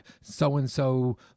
so-and-so